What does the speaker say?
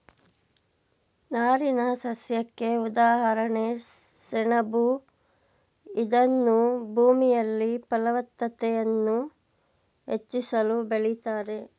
ನಾರಿನಸಸ್ಯಕ್ಕೆ ಉದಾಹರಣೆ ಸೆಣಬು ಇದನ್ನೂ ಭೂಮಿಯಲ್ಲಿ ಫಲವತ್ತತೆಯನ್ನು ಹೆಚ್ಚಿಸಲು ಬೆಳಿತಾರೆ